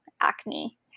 acne